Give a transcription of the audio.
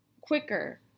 quicker